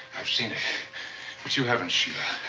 i've seen him. but you haven't, shela.